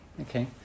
Okay